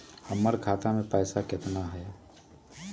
हमर खाता मे पैसा केतना है?